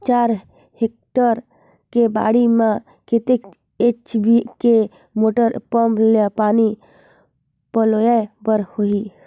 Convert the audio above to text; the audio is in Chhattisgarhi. चार हेक्टेयर के बाड़ी म कतेक एच.पी के मोटर पम्म ले पानी पलोय बर होही?